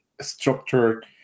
structured